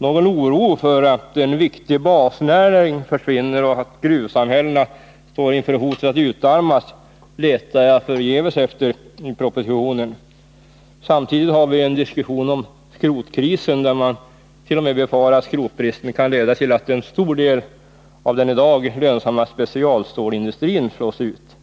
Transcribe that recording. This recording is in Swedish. Något uttryck för oro över att en viktig basnäring försvinner och att gruvsamhällena står inför hotet att utarmas letar jag förgäves efter i propositionen. Samtidigt har vi en diskussion om skrotkrisen. Man befarart.o.m. att skrotbristen kan leda till att en stor del av den i dag lönsamma specialstålsindustrin slås ut.